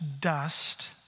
dust